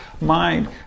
mind